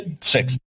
Six